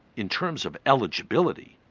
in terms of eligibility,